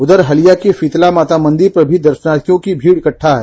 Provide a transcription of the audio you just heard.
उषर हलिया के शीतला माता मांदेर पर भी दर्शनार्थियों की भारी भीड़ इकटगा है